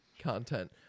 content